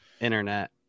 internet